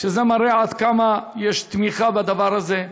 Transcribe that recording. שזה מראה עד כמה יש תמיכה בדבר הזה.